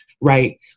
right